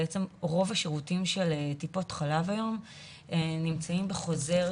רוב השירותים של טיפות חלב היום נמצאים בחוזר